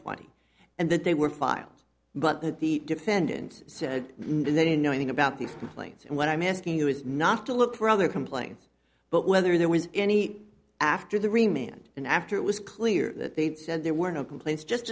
twenty and that they were files but that the defendants said they didn't know anything about these complaints and what i'm asking you is not to look for other complaints but whether there was any after the remained and after it was clear that they said there were no complaints just